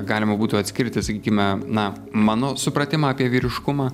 galima būtų atskirti sakykime na mano supratimą apie vyriškumą